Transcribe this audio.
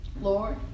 Lord